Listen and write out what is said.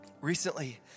recently